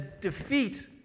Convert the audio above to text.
defeat